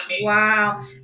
wow